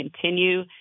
continue